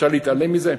אפשר להתעלם מזה?